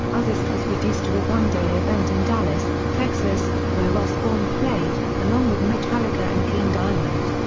ozzfest was reduced to a one-day event in dallas, texas, where osbourne played, along with metallica and king diamond.